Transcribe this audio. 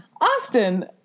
Austin